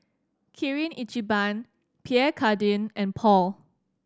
Kirin Ichiban Pierre Cardin and Paul